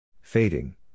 Fading